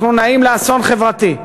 אנחנו נעים לאסון חברתי.